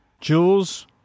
Jules